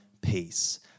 peace